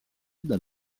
dal